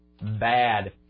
bad